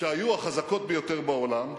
שהיו החזקות ביותר בעולם.